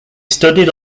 studied